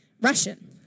Russian